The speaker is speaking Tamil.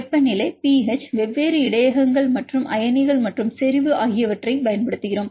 வெப்பநிலை pH வெவ்வேறு இடையகங்கள் மற்றும் அயனிகள் மற்றும் செறிவு ஆகியவற்றைப் பயன்படுத்துகிறோம்